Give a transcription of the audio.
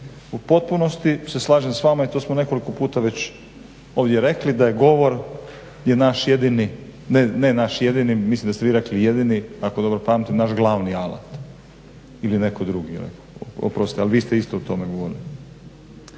U potpunosti se slažem s vama i to smo nekoliko puta ovdje već rekli da je govor naš jedini ne naš jedini mislim da ste vi rekli jedini ako dobro pamtim naš glavni alat ili netko drugi, oprostite ali vi ste isto o tome govorili.